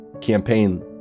campaign